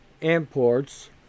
imports